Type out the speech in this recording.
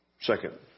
second